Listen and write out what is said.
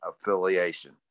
affiliation